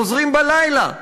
חוזרים בלילה,